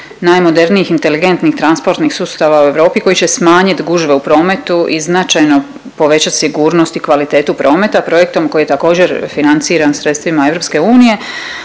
najmodernijih inteligentnih transportnih sustava u Europi koji će smanjit gužve u prometu i značajno povećat sigurnost i kvalitetu prometa. Projektom koji je također financiran sredstvima EU,